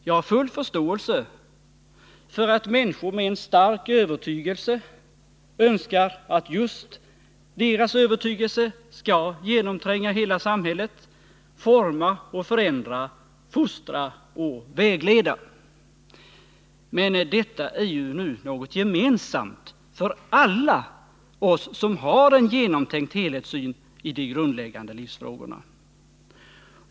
Jag har full förståelse för att människor med en stark övertygelse önskar att just deras övertygelse skall genomtränga hela samhället, forma och förändra, fostra och vägleda. Men detta är ju något gemensamt för alla oss som har en genomtänkt helhetssyn i de grundläggande livsfrågorna.